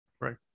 Right